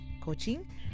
coaching